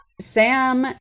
Sam